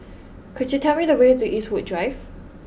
could you tell me the way to Eastwood Drive